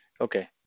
okay